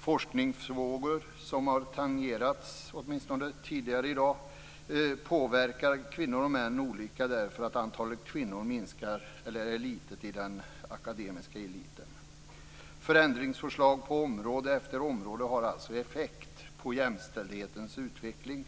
Forskningsfrågor har tidigare i dag åtminstone tangerats och de påverkar kvinnor och män olika därför att antalet kvinnor minskar, eller är litet, inom den akademiska eliten. Förändringsförslag på område efter område har alltså effekt på jämställdhetens utveckling.